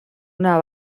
una